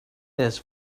this